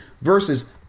versus